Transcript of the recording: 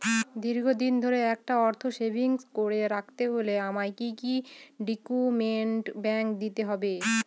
দীর্ঘদিন ধরে একটা অর্থ সেভিংস করে রাখতে হলে আমায় কি কি ডক্যুমেন্ট ব্যাংকে দিতে হবে?